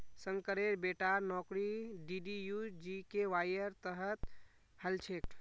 शंकरेर बेटार नौकरी डीडीयू जीकेवाईर तहत हल छेक